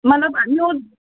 مطلب مےٚ اوس